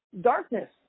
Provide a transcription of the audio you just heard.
darkness